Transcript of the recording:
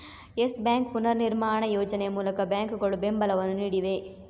Yes Bank ಪುನರ್ನಿರ್ಮಾಣ ಯೋಜನೆ ಮೂಲಕ ಬ್ಯಾಂಕುಗಳು ಬೆಂಬಲವನ್ನು ನೀಡಿವೆ